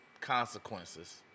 consequences